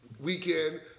Weekend